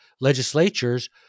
legislatures